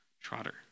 Trotter